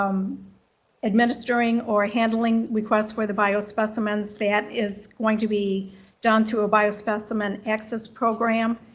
um administering or handling requests for the biospecimens, that is going to be done through a biospecimen access program.